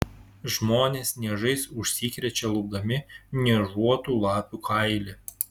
žmonės niežais užsikrečia lupdami niežuotų lapių kailį